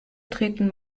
treten